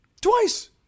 Twice